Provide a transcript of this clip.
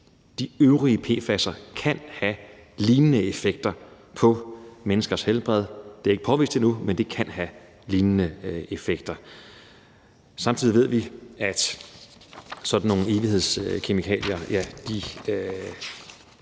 de øvrige PFAS-stoffer kan have lignende effekter på menneskers helbred. Det er ikke påvist endnu, men det kan have lignende effekter. Samtidig ved vi, at sådan nogle evighedskemikalier jo ikke